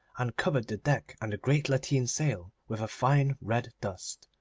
and covered the deck and the great lateen sail with a fine red dust.